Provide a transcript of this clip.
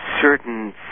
certain